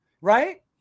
right